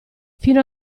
fino